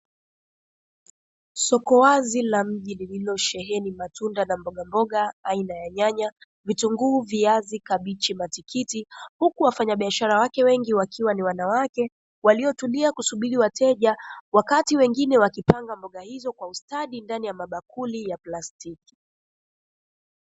Soko wazi la mji lililosheheni matunda na mbogamboga aina ya nyanya, vitunguu, viazi, kabichi, matikiti, huku wafanyabiashara wake wengi wakiwa ni wanawake, waliotulia kusubiri wateja, wakati wengine wakipanga mboga hizo kwa ustadi ndani ya mabakuli ya plastiki.